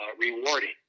rewarding